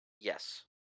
Yes